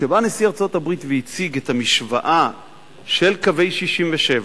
כשבא נשיא ארצות-הברית והציג את המשוואה של קווי 67'